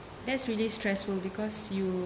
that's really stressful because you